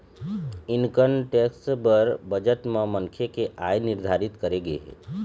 income tax बर budget म मनखे के आय निरधारित करे गे हे